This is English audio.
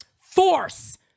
force